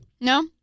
no